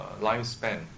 lifespan